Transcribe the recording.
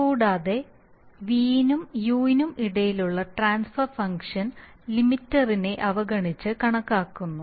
കൂടാതെ v നും u നും ഇടയിലുള്ള ട്രാൻസ്ഫർ ഫംഗ്ഷൻ ലിമിറ്ററിനെ അവഗണിച്ച് കണക്കാക്കുന്നു